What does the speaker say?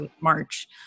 March